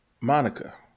Monica